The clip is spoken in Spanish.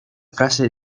frase